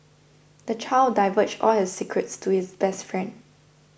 the child divulged all his secrets to his best friend